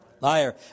Liar